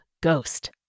ghost